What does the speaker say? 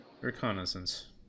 Reconnaissance